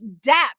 depth